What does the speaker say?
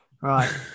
Right